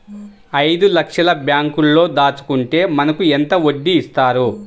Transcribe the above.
ఐదు లక్షల బ్యాంక్లో దాచుకుంటే మనకు ఎంత వడ్డీ ఇస్తారు?